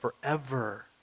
forever